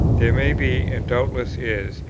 there may be, and doubtless is,